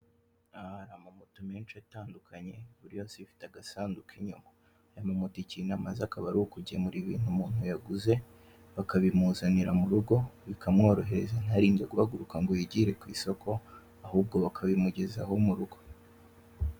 Aha hari amamoto menshi atandukanye buri yose ifite agasanduku inyuma aya mamoto ikintu amaze akaba arukugemura ibintu umuntu yaguze, bakabimuzanira murugo bikamworohereza ntarinde guhaguruka ngo yijyire kwisoko ahubwo bakabimugezaho murugo.